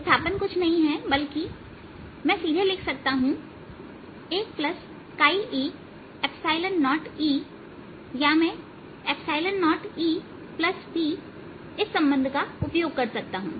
विस्थापन कुछ नहीं हैबल्कि मैं सीधे लिख सकता हूं 1e0E या मैं 0EP इस संबंध का उपयोग कर सकता हूं